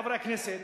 חברי הכנסת,